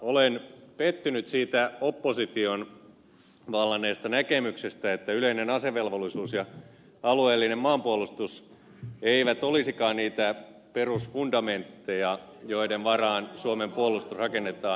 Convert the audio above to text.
olen pettynyt siitä opposition vallanneesta näkemyksestä että yleinen asevelvollisuus ja alueellinen maanpuolustus eivät olisikaan niitä perusfundamentteja joiden varaan suomen puolustus rakennetaan